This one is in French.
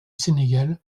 sénégal